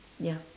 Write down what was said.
ya